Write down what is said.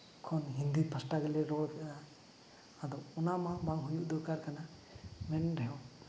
ᱠᱷᱚᱱ ᱦᱤᱱᱫᱤ ᱯᱟᱥᱴᱟ ᱜᱮᱞᱮ ᱨᱚᱲᱫᱟ ᱟᱫᱚ ᱚᱱᱟ ᱢᱟ ᱵᱟᱝ ᱦᱩᱭᱩᱜ ᱫᱚᱨᱠᱟᱨ ᱠᱟᱱᱟ ᱮᱱ ᱨᱮᱦᱚᱸ